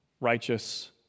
righteous